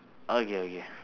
okay okay